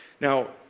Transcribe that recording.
Now